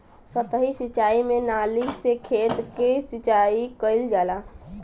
सतही सिंचाई में नाली से खेत के सिंचाई कइल जाला